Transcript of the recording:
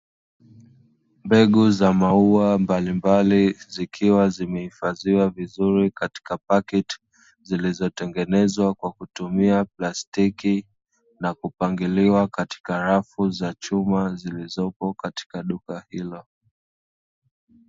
Mbegu za mauwa mbalimbali zikiwa zimehifadhiwa vizuri katika paketi zilizotengenezwa kwa kutumia plastiki na kupangiliwa katika rafu za chuma zilizopo katika duka hilo.